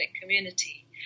community